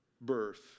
birth